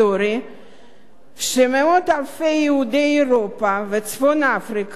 שמאות אלפי יהודי אירופה וצפון-אפריקה ששרדו את